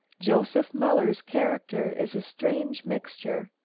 joseph muller's character is a strange mixture.